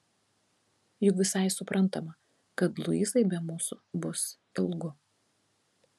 juk visai suprantama kad luizai be mūsų bus ilgu